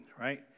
right